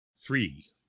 three